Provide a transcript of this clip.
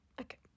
Okay